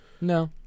No